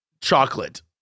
chocolate